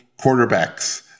quarterbacks